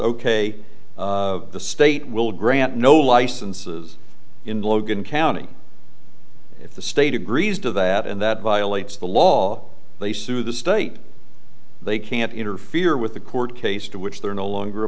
ok the state will grant no licenses in logan county if the state agrees to that and that violates the law they sue the state they can't interfere with the court case to which they're no longer a